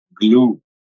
glue